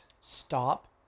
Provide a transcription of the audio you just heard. stop